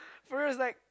first like